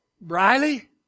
Briley